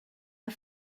her